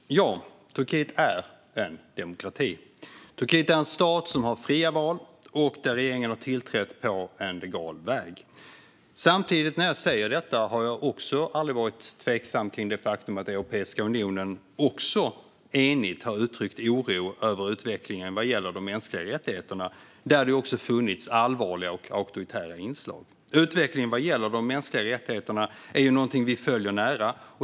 Herr talman! Ja, Turkiet är en demokrati. Turkiet är en stat som har fria val och där regeringen har tillträtt på en legal väg. Samtidigt när jag säger detta har jag aldrig varit tveksam till det faktum att Europeiska unionen enigt också har uttryckt oro över utvecklingen vad gäller de mänskliga rättigheterna, där det funnits allvarliga och auktoritära inslag. Utvecklingen vad gäller de mänskliga rättigheterna är någonting vi följer nära.